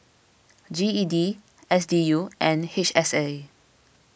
G E D S D U and H S A